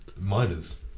miners